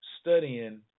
studying